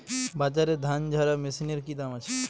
বাজারে ধান ঝারা মেশিনের কি দাম আছে?